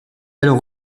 alors